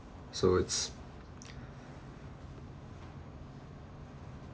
so it's